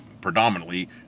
predominantly